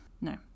no